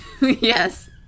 Yes